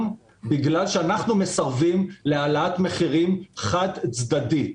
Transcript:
בגלל שאנחנו מסרבים להעלאת מחירים חד-צדדית.